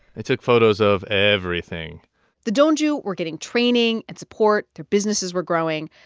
they took photos of everything the donju were getting training and support. their businesses were growing.